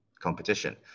competition